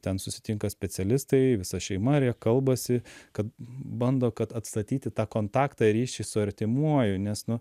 ten susitinka specialistai visa šeima ir jie kalbasi kad bando kad atstatyti tą kontaktą ryšį su artimuoju nes nu